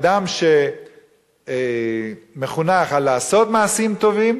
אדם שמחונך לעשות מעשים טובים,